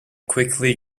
quickly